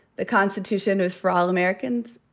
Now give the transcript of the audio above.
the constitution is for all americans.